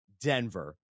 Denver